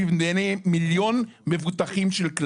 אני לא מגשרת בין משרדים ובין קופות חולים.